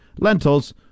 Lentils